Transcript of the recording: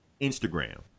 Instagram